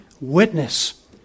witness